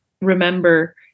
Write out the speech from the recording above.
remember